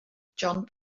john